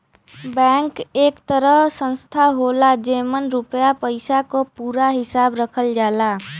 bank एक तरह संस्था होला जेमन रुपया पइसा क पूरा हिसाब रखल जाला